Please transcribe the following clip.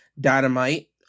Dynamite